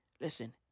Listen